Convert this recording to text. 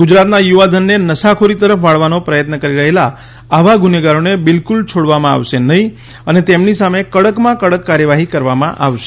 ગુજરાતના યુવાધનને નશાખોરી તરફ વાળવાનો પ્રયત્ન કરી રહેલા આવા ગુનેગારોને બિલકુલ છોડવામાં આવશે નહીં અને તેમની સામે કડકમાં કડક કાર્યવાહી કરવામાં આવશે